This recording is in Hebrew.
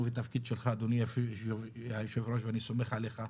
והתפקיד שלך אדוני היושב ראש ואני סומך עליך,